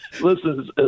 Listen